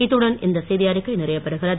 இத்துடன் இந்த செய்தி அறிக்கை நிறைவுபெறுகிறது